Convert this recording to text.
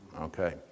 Okay